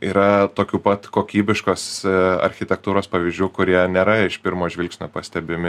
yra tokių pat kokybiškos architektūros pavyzdžių kurie nėra iš pirmo žvilgsnio pastebimi